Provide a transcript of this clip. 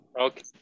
Okay